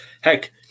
Heck